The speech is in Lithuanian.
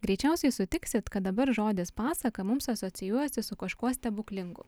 greičiausiai sutiksit kad dabar žodis pasaka mums asocijuojasi su kažkuo stebuklingu